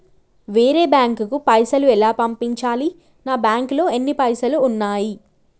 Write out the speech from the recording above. వేరే బ్యాంకుకు పైసలు ఎలా పంపించాలి? నా బ్యాంకులో ఎన్ని పైసలు ఉన్నాయి?